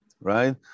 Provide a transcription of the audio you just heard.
right